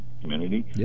Community